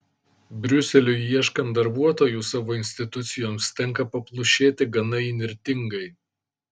briuseliui ieškant darbuotojų savo institucijoms tenka paplušėti gana įnirtingai